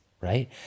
right